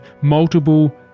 Multiple